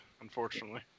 unfortunately